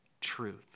truth